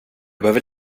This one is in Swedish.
behöver